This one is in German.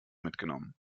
mitgenommen